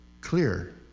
clear